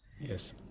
Yes